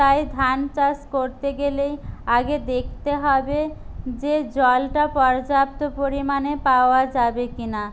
তাই ধান চাষ করতে গেলেই আগে দেখতে হবে যে জলটা পর্যাপ্ত পরিমাণে পাওয়া যাবে কিনা